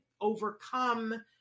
overcome